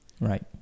right